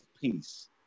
peace